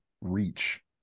reach